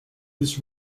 this